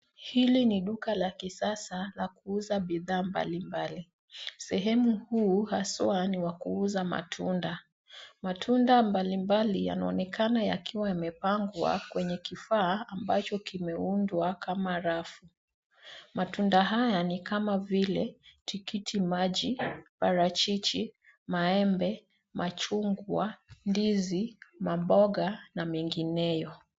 Hili ni duka la kisasa la kuuza bidhaa mbalimbali . Sehemu huu haswa ni wa kuuza matunda. Matunda mbalimbali yanaonekana yakiwa yamepangwa kwenye kifaa ambacho kimeundwa kama rafu. Matunda haya ni kama vile tikitikimaji, parachichi, maembe, machungwa, ndizi, mamboga na mengineyo.